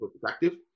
perspective